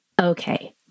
Okay